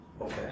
Okay